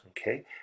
Okay